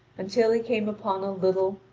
until he came upon a little,